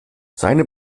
seine